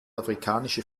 afrikanische